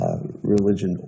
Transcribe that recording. religion